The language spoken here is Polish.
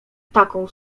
taką